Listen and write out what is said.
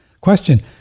Question